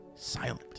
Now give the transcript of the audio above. Silent